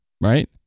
Right